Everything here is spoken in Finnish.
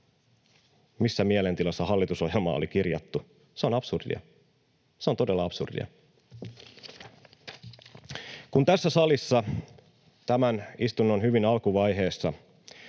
missä mielentilassa hallitusohjelma oli kirjattu, se on absurdia — se on todella absurdia. Kun tässä salissa tämän istunnon hyvin alkuvaiheessa